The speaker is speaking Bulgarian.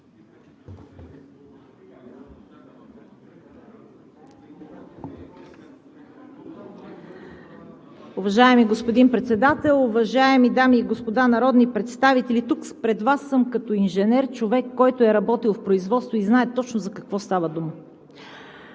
Уважаеми господин Председател, уважаеми дами и господа народни представители! Тук пред Вас съм като инженер – човек, който е работил в производство и знае точно за какво става дума.